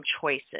choices